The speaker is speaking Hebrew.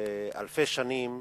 אלפי שנים,